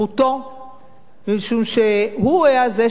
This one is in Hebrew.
משום שהוא היה זה שבא ראשון,